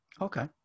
Okay